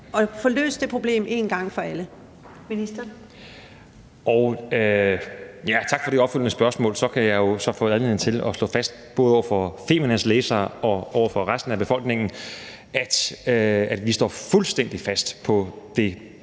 Sundhedsministeren (Magnus Heunicke): Ja, tak for det opfølgende spørgsmål. Så kan jeg jo få anledning til at slå fast både over for Feminas læsere og over for resten af Danmark, at vi står fuldstændig fast på det